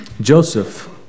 Joseph